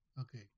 Okay